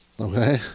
Okay